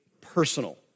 personal